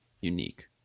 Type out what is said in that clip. unique